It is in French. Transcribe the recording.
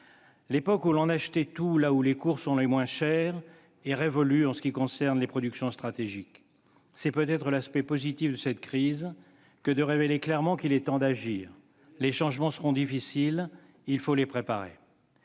L'époque où l'on achetait tout là où les coûts étaient les moins élevés est révolue en ce qui concerne les productions stratégiques. L'aspect positif de cette crise est peut-être de révéler clairement qu'il est temps d'agir. Les changements seront difficiles, il faut les préparer.